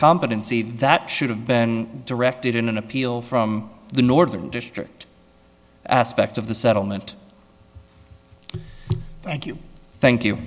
competency that should have been directed in an appeal from the northern district aspect of the settlement thank you thank you